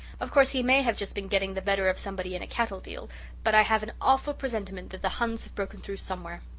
of course he may have just been getting the better of somebody in a cattle deal but i have an awful presentiment that the huns have broken through somewhere.